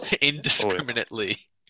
indiscriminately